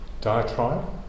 diatribe